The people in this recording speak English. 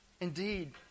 Indeed